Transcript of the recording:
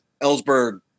Ellsberg